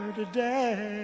today